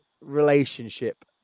relationship